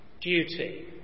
duty